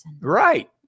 Right